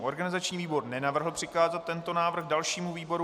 Organizační výbor nenavrhl přikázat tento návrh dalšímu výboru.